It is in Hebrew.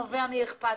זה נובע מאכפתיות.